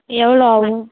எவ்வளோ ஆவும்